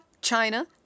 China